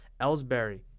Ellsbury